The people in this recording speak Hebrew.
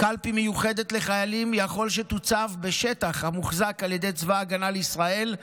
"קלפי מיוחדת לחיילים יכול שתוצב בשטח המוחזק על ידי צבא ההגנה לישראל,